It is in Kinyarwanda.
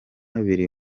biri